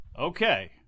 Okay